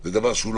זה לא מקובל,